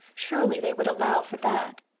surely, they would allow for that.